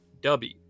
Dubby